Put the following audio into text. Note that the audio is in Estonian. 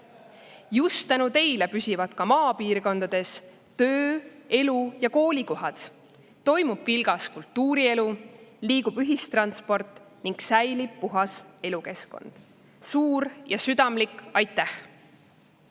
Just tänu teile püsivad ka maapiirkondades töö‑, elu‑ ja koolikohad, toimub vilgas kultuurielu, liigub ühistransport ning säilib puhas elukeskkond. Suur ja südamlik